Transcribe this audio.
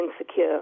insecure